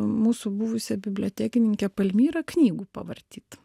mūsų buvusią bibliotekininkę palmyrą knygų pavartyt